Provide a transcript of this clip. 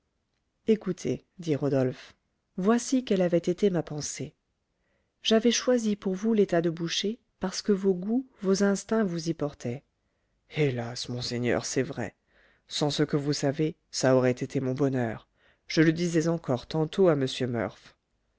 écoutez dit rodolphe voici quelle avait été ma pensée j'avais choisi pour vous l'état de boucher parce que vos goûts vos instincts vous y portaient hélas monseigneur c'est vrai sans ce que vous savez ça aurait été mon bonheur je le disais encore tantôt à m murph